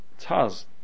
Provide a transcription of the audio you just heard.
Taz